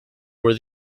were